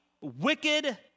wicked